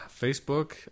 Facebook